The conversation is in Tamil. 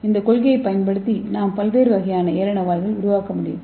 எனவே இந்த கொள்கையைப் பயன்படுத்தி நாம் பல்வேறு வகையான ஏரண வாயில்களை உருவாக்க முடியும்